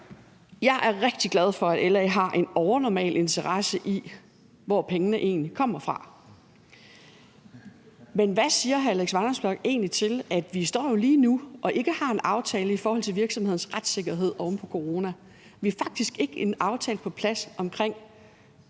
Jeg er rigtig glad for, at LA har en overnormal interesse i, hvor pengene egentlig kommer fra. Men hvad siger hr. Alex Vanopslagh egentlig til, at vi jo lige nu står og ikke har en aftale i forhold til virksomhedernes retssikkerhed oven på corona? Vi har faktisk ikke en aftale på plads om,